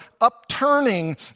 upturning